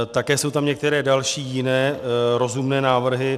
Také jsou tam některé další, jiné rozumné návrhy.